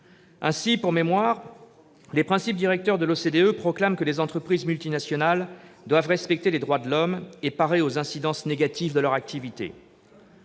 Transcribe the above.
pour mémoire : les principes directeurs de l'OCDE proclament que les entreprises multinationales doivent respecter les droits de l'homme et parer aux incidences négatives de leur activité